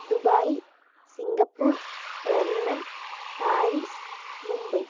Dubai Singapore London Paris Mumbai